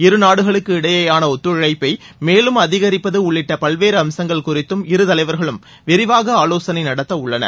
இருநாடுகளுக்கு இடைபேயான ஒத்துழைப்பை மேலும் அதிகரிப்பது உள்ளிட்ட பல்வேறு அம்சங்கள் குறித்தும் இருதலைவர்களும் விரிவாக ஆலோசனை நடத்தவுள்ளனர்